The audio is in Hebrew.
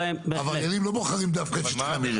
העבריינים לא בוחרים דווקא את שטחי המרעה.